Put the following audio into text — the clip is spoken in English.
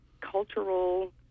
cultural